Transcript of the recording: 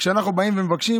כשאנחנו באים ומבקשים,